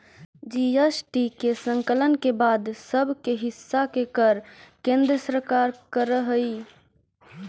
GST के संकलन के बाद राज्य सब के हिस्सा के कर केन्द्र सरकार कर हई